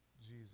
Jesus